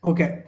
Okay